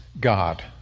God